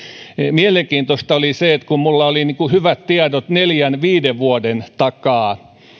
mielenkiintoista oli se kun minulla oli hyvät tiedot neljän viiden vuoden takaa